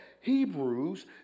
Hebrews